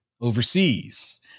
overseas